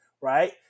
right